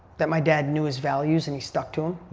that my dad knew his values and he stuck to them.